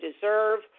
deserve